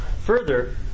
Further